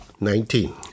Nineteen